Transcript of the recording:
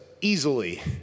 easily